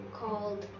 called